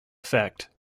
effect